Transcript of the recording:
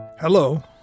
Hello